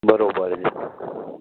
બરાબર છે